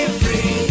free